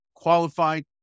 qualified